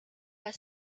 her